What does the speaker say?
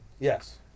Yes